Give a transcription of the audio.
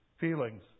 feelings